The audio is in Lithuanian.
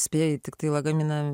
spėjai tiktai lagaminą